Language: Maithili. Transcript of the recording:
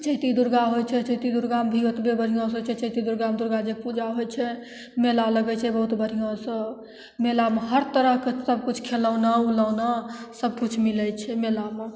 चैती दुरगा होइ छै चैती दुरगामे भी एतबे बढ़िआँसे होइ छै चैती दुरगामे दुरगाजीके पूजा होइ छै मेला लागै छै बहुत बढ़िआँसे मेलामे हर तरहके सबकिछु खेलौना उलौना सबकिछु मिलै छै मेलामे